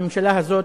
הממשלה הזאת,